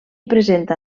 presenta